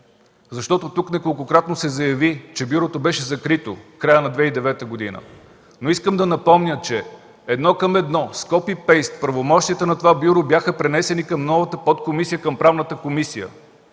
служби? Тук неколкократно се заяви, че бюрото беше закрито в края на 2009 г. Искам да напомня, че едно към едно, с копи-пейст правомощията на това бюро бяха пренесени към новата подкомисия към Правната комисия